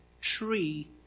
tree